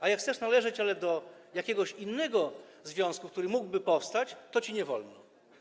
A jak chcesz należeć, ale do jakiegoś innego związku, który mógłby powstać, to ci nie wolno.